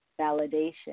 validation